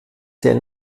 sehr